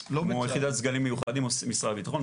כמו יחידת סגלים מיוחדים, משרד הביטחון.